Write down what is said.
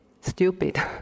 stupid